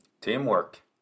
Teamwork